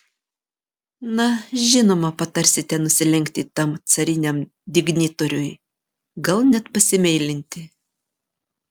na žinoma patarsite nusilenkti tam cariniam dignitoriui gal net pasimeilinti